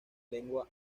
lengua